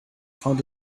found